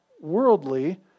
worldly